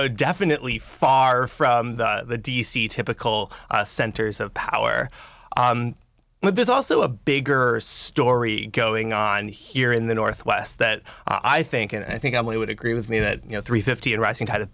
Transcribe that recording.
know definitely far from the d c typical centers of power but there's also a bigger story going on here in the northwest that i think and i think i would agree with me that you know three fifty a rising tide of